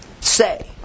say